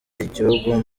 igihugu